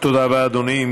תודה רבה, אדוני.